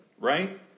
right